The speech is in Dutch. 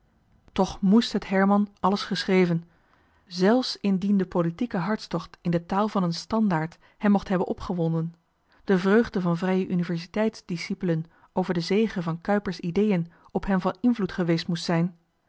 toch mest het herman alles geschreven zelfs indien de politieke hartstocht in de taal van een standaard hem mocht hebben opgewonden de vreugde van vrije universiteits discipelen over de zege van kuyper's ideeën op hem van invloed geweest moest zijn